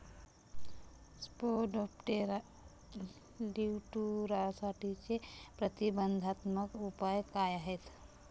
Spodoptera लिट्युरासाठीचे प्रतिबंधात्मक उपाय काय आहेत?